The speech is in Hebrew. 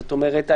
זאת אומרת,